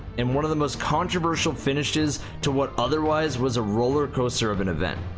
in one of the most controversial finishes to what otherwise was a rollercoaster of an event.